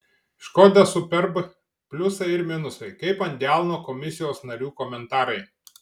škoda superb pliusai ir minusai kaip ant delno komisijos narių komentarai